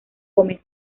gómez